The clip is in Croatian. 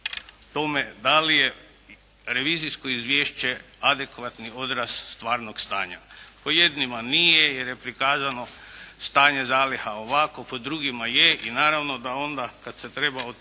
tome da li je revizijsko vijeće adekvatni odraz stvarnoga stanja. Po jednima nije, jer je prikazano stanje zaliha ovako, po drugima je i naravno da onda kada se treba o tim